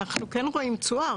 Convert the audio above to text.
אנחנו כן רואים תשואה,